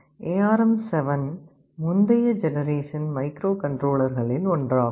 ARM7 முந்தைய generation மைக்ரோகண்ட்ரோலர்களில் ஒன்றாகும்